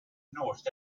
north